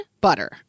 butter